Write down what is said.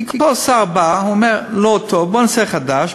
כי כל שר בא ואמר: לא טוב, ובואו ונעשה חדש.